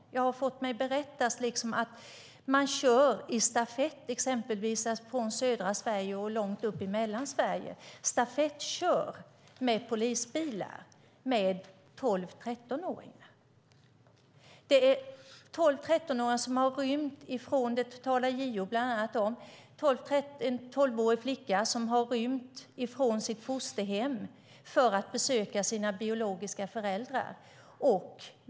Jag har fått mig berättat att man kör i stafett exempelvis från södra Sverige och långt upp i Mellansverige. Man stafettkör med polisbilar med tolv-, trettonåringar. Det talar bland annat JO om. Det var en tolvårig flicka som hade rymt från sitt fosterhem för att besöka sina biologiska föräldrar.